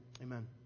Amen